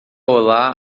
olá